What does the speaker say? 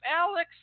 Alex